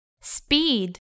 Speed